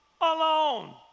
Alone